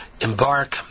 embark